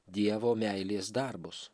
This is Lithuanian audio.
dievo meilės darbus